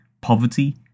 poverty